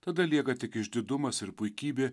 tada lieka tik išdidumas ir puikybė